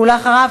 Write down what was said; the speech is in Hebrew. ואחריו,